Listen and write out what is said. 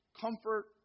comfort